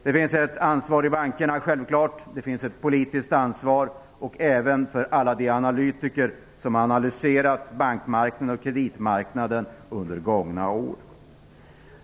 Det finns självklart ett ansvar i bankerna, det finns ett politiskt ansvar och det finns även ett ansvar hos alla de analytiker som analyserat bankmarknaden och kreditmarknaden under gångna år.